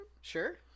sure